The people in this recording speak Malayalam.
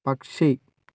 പക്ഷി